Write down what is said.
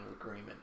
agreement